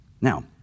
Now